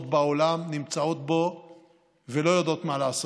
בעולם נמצאות בו ולא יודעות מה לעשות,